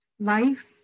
Life